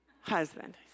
Husband